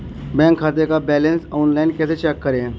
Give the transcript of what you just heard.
Bank खाते का balance online कैसे चेक करें?